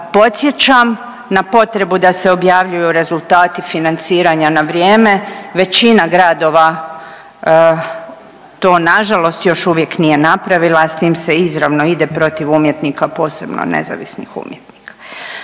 podsjećam na potrebu da se objavljuju rezultati financiranja na vrijeme. Većina gradova to nažalost još uvijek nije napravila, s tim se izravno ide protiv umjetnika, a posebno nezavisnih umjetnika.